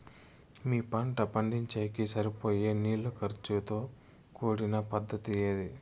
మీ పంట పండించేకి సరిపోయే నీళ్ల ఖర్చు తో కూడిన పద్ధతి ఏది?